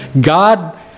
God